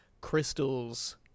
Crystals